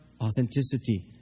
authenticity